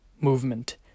movement